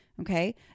Okay